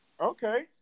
Okay